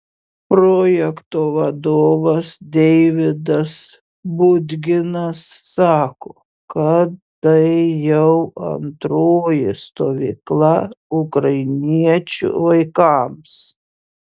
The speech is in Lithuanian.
projekto vadovas deividas budginas sako kad tai jau antroji stovykla ukrainiečių vaikams